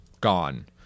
gone